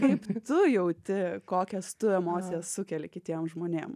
kaip tu jauti kokias tu emocijas sukeli kitiem žmonėm